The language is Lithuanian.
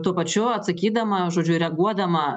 tuo pačiu atsakydama žodžiu reaguodama